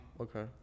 Okay